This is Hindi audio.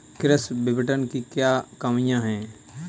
कृषि विपणन की क्या कमियाँ हैं?